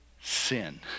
sin